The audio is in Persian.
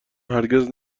هرگز